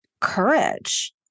courage